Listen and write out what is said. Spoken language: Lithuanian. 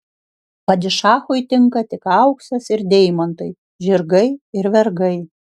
padišachui tinka tik auksas ir deimantai žirgai ir vergai